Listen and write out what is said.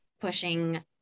pushing